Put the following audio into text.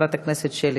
חברת הכנסת שלי